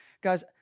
Guys